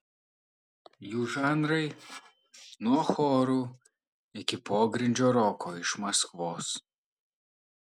jų žanrai nuo chorų iki pogrindžio roko iš maskvos